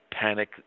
Panic